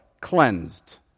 cleansed